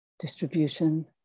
Distribution